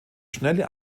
schnelle